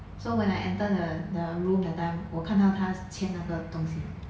so when I entered the the room that time 我看到他签那个东西